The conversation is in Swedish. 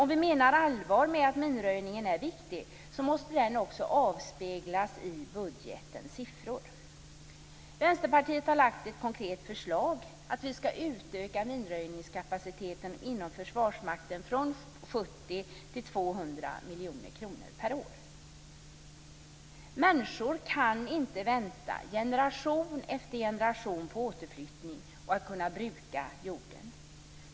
Om vi menar allvar med att minröjningen är viktig måste detta också avspeglas i budgetens siffror. Vänsterpartiet har lagt fram ett konkret förslag om att vi skall utöka minröjningskapaciteten inom Försvarsmakten från 70 miljoner kronor till 200 miljoner kronor per år. Människor kan inte i generation efter generation vänta på återflyttning och på att kunna bruka jorden.